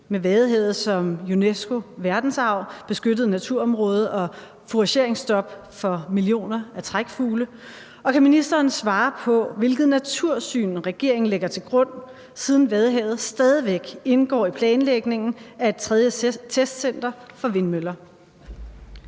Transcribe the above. med Vadehavet som UNESCO Verdensarv, beskyttet naturområde og fourageringsstop for millioner af trækfugle, og kan ministeren svare på, hvilket natursyn regeringen lægger til grund, siden Vadehavet stadig væk indgår i planlægningen af et tredje testcenter for vindmøller?